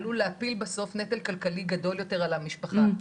עלול להפיל בסוף נטל כלכלי גדול יותר על המשפחה.